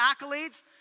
accolades